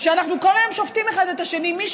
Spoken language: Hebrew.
שאנחנו כל היום שופטים אחד את השני מי